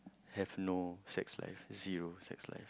have no sex life zero sex life